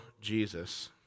Jesus